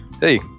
hey